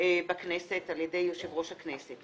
בכנסת על ידי יושב-ראש הכנסת.